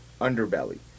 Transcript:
underbelly